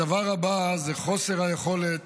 הדבר הבא הוא חוסר היכולת